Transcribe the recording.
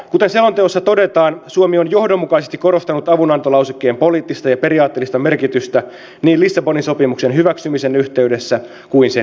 kuten selonteossa todetaan suomi on johdonmukaisesti korostanut avunantolausekkeen poliittista ja periaatteellista merkitystä niin lissabonin sopimuksen hyväksymisen yhteydessä kuin sen jälkeenkin